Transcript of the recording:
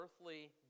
earthly